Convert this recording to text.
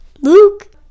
Luke